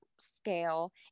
scale